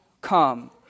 come